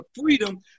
freedom